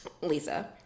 Lisa